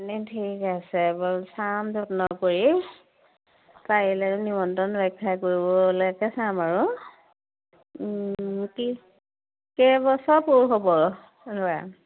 এনেই ঠিক আছে বাৰু চাম যত্ন কৰি পাৰিলেতো নিমন্ত্ৰণ ৰক্ষা কৰিবলৈকে চাম আৰু কি কেইবছৰ পূৰ হ'ব ল'ৰাৰ